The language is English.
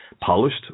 polished